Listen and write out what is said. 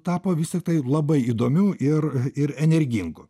tapo vis tik tai labai įdomiu ir ir energingu